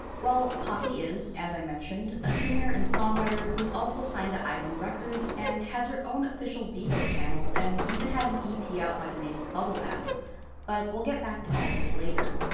well poppy is, as i mentioned, a singer and songwriter who is also signed to island records, and has her own official vevo channel and even has an ep yeah out by the name of bubblebath but, we'll get back to all this later.